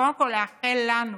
קודם כול, לאחל לנו